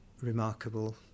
remarkable